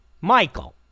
Michael